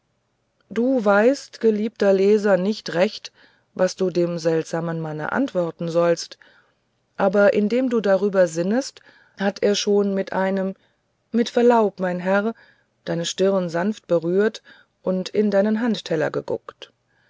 du weißt geliebter leser nicht recht was du dem seltsamen manne antworten sollst aber indem du darüber sinnest hat er schon mit einem mit verlaub mein herr deine stirn sanft berührt und in deinen handteller geguckt